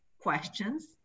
questions